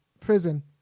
prison